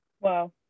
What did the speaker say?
Wow